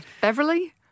Beverly